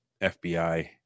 FBI